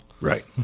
Right